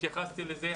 התייחסתי לזה.